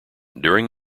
during